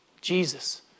Jesus